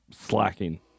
slacking